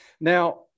Now